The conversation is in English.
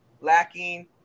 lacking